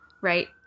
right